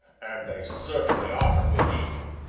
and they certainly are good eating.